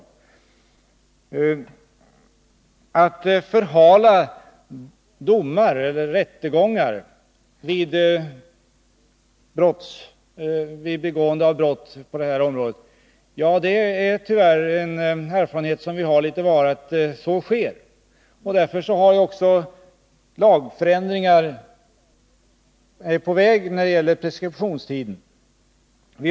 Att rättegångar i samband med brott på det här området förhalas är något som vi tyvärr litet var kunnat notera. Därför är också lagförändringar när det gäller preskriptionstiden på väg.